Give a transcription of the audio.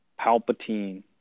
Palpatine